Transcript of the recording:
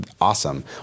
awesome